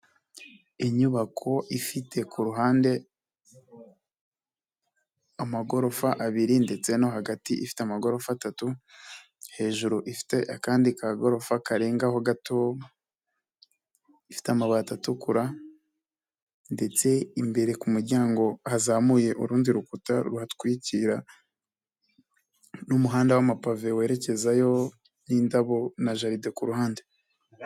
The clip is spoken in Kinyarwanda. Inyubako ifite ku ruhande, amagorofa abiri ndetse no hagati ifite amagorofa atatu, hejuru ifite akandi kagorofa karengaho gato, ifite amabati atukura ndetse imbere ku muryango hazamuye urundi rukuta ruhatwikira n'umuhanda w'amapave werekezayo n'indabo na jalide ku ruhande.